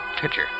pitcher